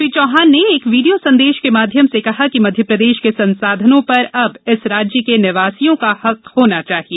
श्री चौहान ने एक वीडियो संदेश के माध्यम से कहा कि मध्यप्रदेश के संसाधनों पर अब इस राज्य के निवासियों का हक होना चाहिए